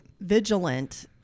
vigilant